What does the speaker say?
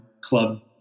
club